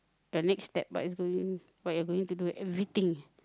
the next step what is going what you're going to do everything